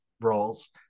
roles